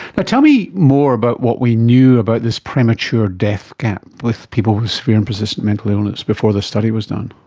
but tell me more about what we knew about this premature death gap with people with severe and persistent mental illness before this study was done.